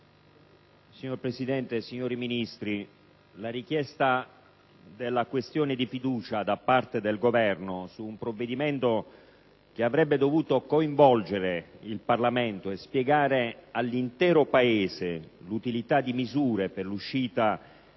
Signora Presidente, signori Ministri, l'apposizione della questione di fiducia da parte del Governo su un provvedimento che avrebbe dovuto coinvolgere il Parlamento e spiegare all'intero Paese l'utilità di misure per l'uscita